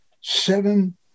seven